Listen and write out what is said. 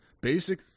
Basic